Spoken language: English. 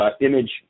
Image